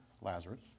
Lazarus